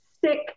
sick